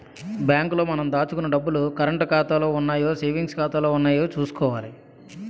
bank లో మనం దాచుకున్న డబ్బులు కరంటు ఖాతాలో ఉన్నాయో సేవింగ్స్ ఖాతాలో ఉన్నాయో చూసుకోవాలి